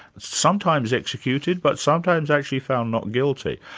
sometimes executed, but sometimes actually found not guilty.